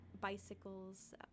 bicycles